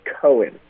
Cohen